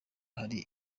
hari